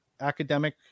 academic